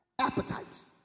appetites